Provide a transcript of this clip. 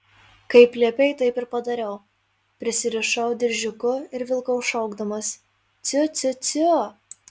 kaip liepei taip ir padariau prisirišau diržiuku ir vilkau šaukdamas ciu ciu ciu